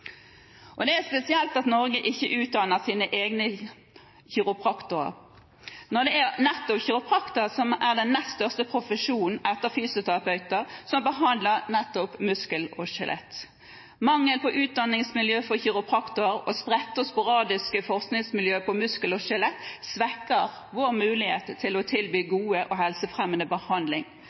Det er spesielt at Norge ikke utdanner sine egne kiropraktorer, når det er nettopp kiropraktorer som er den nest største profesjonen etter fysioterapeuter som behandler nettopp muskel og skjelett. Mangel på utdanningsmiljø for kiropraktorer og spredte og sporadiske forskningsmiljø på muskel og skjelett svekker vår mulighet til å tilby god og helsefremmende behandling,